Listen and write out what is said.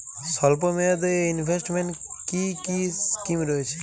স্বল্পমেয়াদে এ ইনভেস্টমেন্ট কি কী স্কীম রয়েছে?